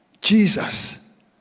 Jesus